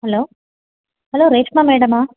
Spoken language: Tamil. hello hello Reshma மேடமா